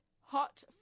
hot